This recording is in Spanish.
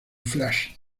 flash